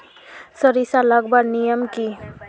सरिसा लगवार नियम की?